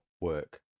work